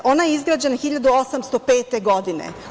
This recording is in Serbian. Ona je izgrađena 1805. godine.